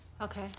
Okay